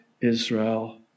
Israel